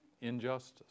Injustice